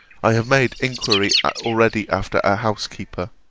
i have made inquiry already after a housekeeper.